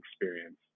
experience